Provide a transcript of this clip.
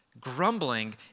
Grumbling